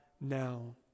now